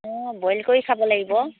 অঁ বইল কৰি খাব লাগিব